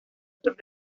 otros